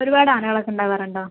ഒരുപാട് ആനകളൊക്കെ ഉണ്ടാകാറുണ്ടോ